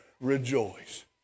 rejoice